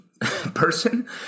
person